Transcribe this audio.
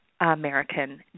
American